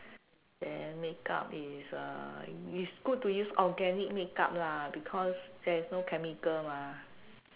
then makeup is uh is good to use organic makeup lah because there is no chemical mah